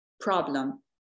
problem